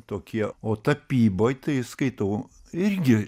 tokie o tapyboj tai skaitau irgi